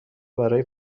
برای